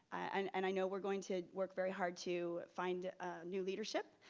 and and i know we're going to work very hard to find new leadership.